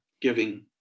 giving